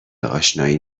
اشنایی